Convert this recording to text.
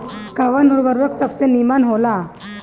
कवन उर्वरक सबसे नीमन होला?